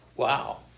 Wow